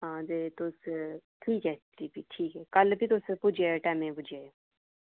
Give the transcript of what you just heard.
हां ते तुस ठीक ऐ जी ठीक ऐ ते कल फ्ही तुस पुज्जी जाएओ टैमै दे पुज्जी जाएओ